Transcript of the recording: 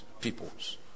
peoples